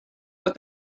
but